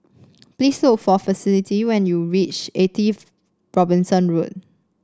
please look for Felicity when you reach Eighty Robinson Road